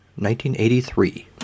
1983